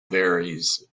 varies